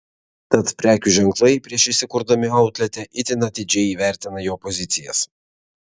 tad prekių ženklai prieš įsikurdami outlete itin atidžiai įvertina jo pozicijas